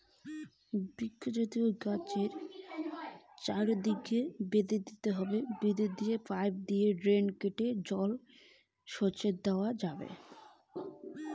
বৃক্ষ জাতীয় গাছের জন্য কোন ধরণের জল সেচ দেওয়া যাবে?